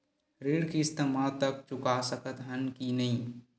ऋण किस्त मा तक चुका सकत हन कि नहीं?